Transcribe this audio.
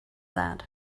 that